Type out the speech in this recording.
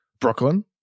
Brooklyn